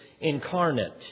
incarnate